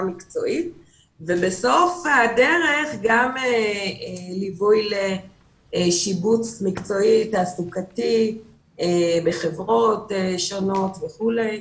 מקצועית ובסוף הדרך גם ליווי לשיבוץ מקצועי תעסוקתי בחברות שונות וכולי.